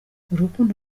urukundo